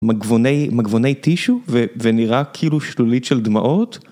מגבוני, מגבוני טישו ונראה כאילו שלולית של דמעות.